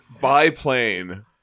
Biplane